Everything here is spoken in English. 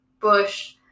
bush